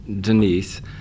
Denise